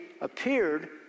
appeared